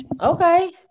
okay